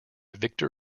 victor